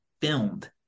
filmed